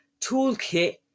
toolkit